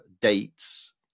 dates